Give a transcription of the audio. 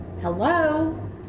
Hello